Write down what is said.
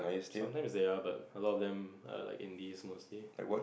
sometimes they are but a lot of them are like indies mostly